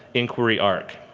inquiry arc.